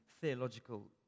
theological